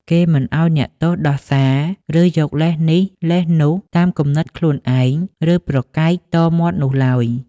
គេមិនឱ្យអ្នកទោសដោះសារ ឬយកលេសនេះលេសនោះតាមគំនិតខ្លួនឯង ឬប្រកែកតមាត់នោះឡើយ។